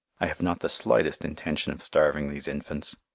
i have not the slightest intention of starving these infants.